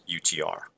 UTR